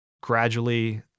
Gradually